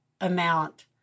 amount